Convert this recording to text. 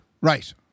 right